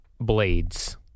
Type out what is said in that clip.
blades